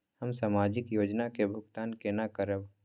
हम सामाजिक योजना के भुगतान केना करब?